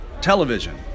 Television